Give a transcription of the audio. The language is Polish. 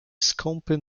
skąpy